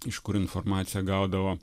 iš kur informaciją gaudavo